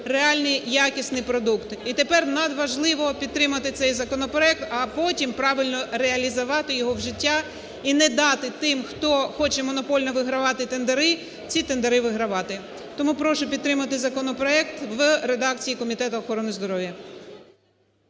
реальний якісний продукт. І тепер надважливо підтримати цей законопроект, а потім правильно реалізувати його в життя. І не дати тим, хто хоче монопольно вигравати тендери, ці тендери вигравати. Тому прошу підтримати законопроект в редакції Комітету охорони здоров'я.